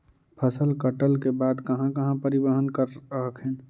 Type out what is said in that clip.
फसल कटल के बाद कहा कहा परिबहन कर हखिन?